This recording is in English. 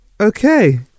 okay